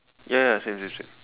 ya ya ya same same same